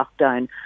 lockdown